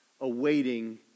awaiting